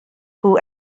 who